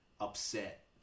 upset